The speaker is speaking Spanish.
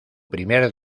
primer